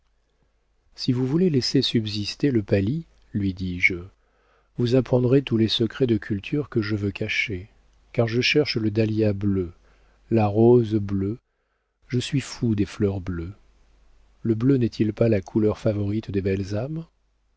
si vous voulez laisser subsister le palis lui dis-je vous apprendrez tous les secrets de culture que je veux cacher car je cherche le dahlia bleu la rose bleue je suis fou des fleurs bleues le bleu n'est-il pas la couleur favorite des belles âmes